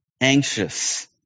anxious